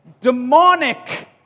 demonic